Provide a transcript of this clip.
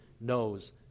knows